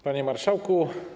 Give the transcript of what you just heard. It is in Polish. Panie Marszałku!